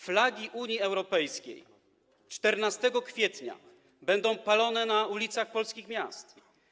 Flagi Unii Europejskiej 14 kwietnia będą palone na ulicach polskich miast.